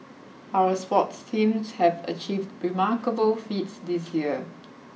our sports teams have achieved remarkable feats this year